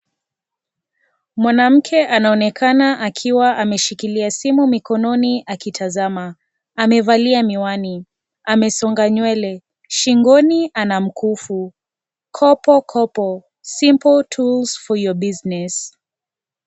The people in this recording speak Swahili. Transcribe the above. Mwanamke anaonekana akiwa ameshikilia simu mkononi akitazama. Amevalia miwani. Amesonga nywele. Shingoni ana mkufu. Kopokopo, simple tools for your business .